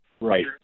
Right